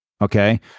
Okay